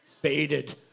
Faded